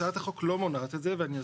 הצעת החוק לא מונעת את זה ואני אסביר.